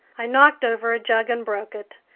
i knocked over a jug and broke it.